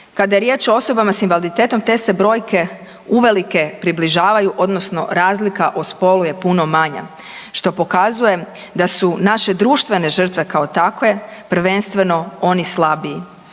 kada je riječ o osobama s invaliditetom te se brojke uvelike približavaju odnosno razlika u spolu je puno manja što pokazuje da su naše društvene žrtve kao takve prvenstveno oni slabiji.